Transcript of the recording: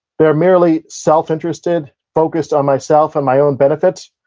they're merely self interested, focused on myself and my own benefits,